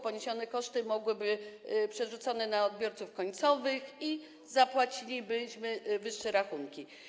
Poniesione koszty mogłyby zostać przerzucone na odbiorców końcowych i zapłacilibyśmy wyższe rachunki.